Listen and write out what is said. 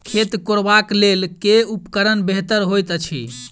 खेत कोरबाक लेल केँ उपकरण बेहतर होइत अछि?